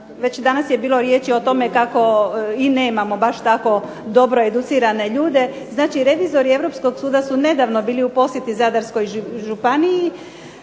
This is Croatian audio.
danas je bilo riječi o tome kako i nemamo baš tako dobro educirane ljude. Znači revizori europskog suda su nedavno bili u posjeti Zadarskoj županiji,